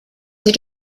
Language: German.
sie